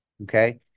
okay